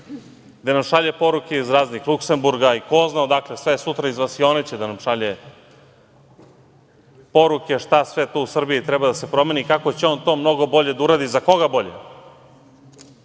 gde nam šalje poruke iz raznih Luksemburga i ko zna odakle sve, sutra iz vasione će da nam šalje poruke, šta sve to u Srbiji treba da se promeni i kako će on to mnogo bolje da uradi? Za koga bolje?